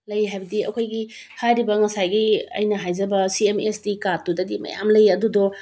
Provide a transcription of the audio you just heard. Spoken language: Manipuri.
ꯂꯩ ꯍꯥꯏꯕꯗꯤ ꯑꯩꯈꯣꯏꯒꯤ ꯍꯥꯏꯔꯤꯕ ꯉꯁꯥꯏꯒꯤ ꯑꯩꯅ ꯍꯥꯏꯖꯕ ꯁꯤ ꯑꯦꯝ ꯑꯦꯁ ꯇꯤ ꯀꯥꯔꯠꯇꯨꯗꯒꯤ ꯃꯌꯥꯝ ꯂꯩ ꯑꯗꯨꯗꯣ